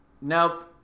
Nope